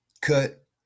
Cut